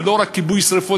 ולא רק כיבוי שרפות,